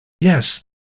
yes